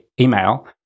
email